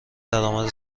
درآمد